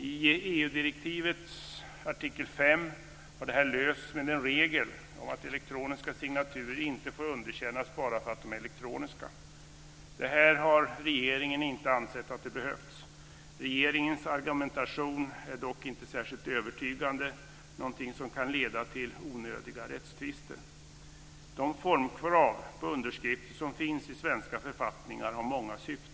I EU-direktivets artikel 5 har detta lösts med en regel om att elektroniska signaturer inte får underkännas bara för att de är elektroniska. Regeringen har ansett att det här inte behövs. Regeringens argumentation är dock inte särskilt övertygande, något som kan leda till onödiga rättstvister. De formkrav på underskrifter som finns i svenska författningar har många syften.